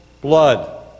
blood